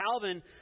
Calvin